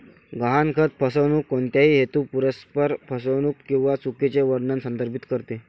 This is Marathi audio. गहाणखत फसवणूक कोणत्याही हेतुपुरस्सर फसवणूक किंवा चुकीचे वर्णन संदर्भित करते